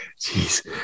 Jeez